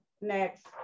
Next